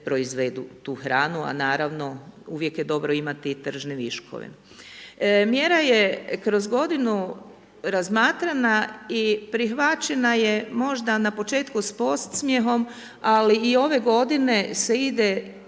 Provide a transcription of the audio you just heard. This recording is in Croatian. proizvedu tu hranu a naravno uvijek je dobro imati i tržne viškove. Mjera je kroz godinu razmatrana i prihvaćena je možda na početku s podsmjehom ali i ove godine se ide